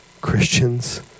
Christians